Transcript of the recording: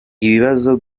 ibibazo